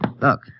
look